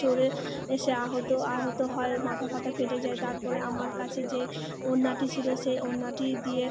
জোরে সে আহত আহত হয় মাথা ফাথা ফেটে যায় তারপরে আমার কাছে যে ওড়নাটি ছিলো সে ওড়নাটি দিয়ে